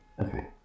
okay